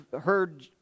heard